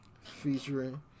Featuring